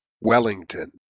Wellington